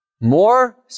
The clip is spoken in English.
More